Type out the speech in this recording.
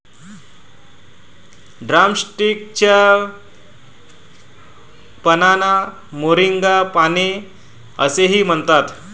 drumstick च्या पानांना मोरिंगा पाने असेही म्हणतात